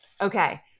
Okay